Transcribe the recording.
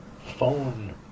phone